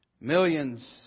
Millions